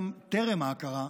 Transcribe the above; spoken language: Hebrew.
גם טרם ההכרה,